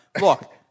Look